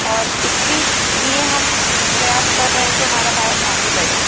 और इसकी लिए हम प्रयास कर रहे हैं कि हमारा भारत आगे बढ़े